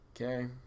Okay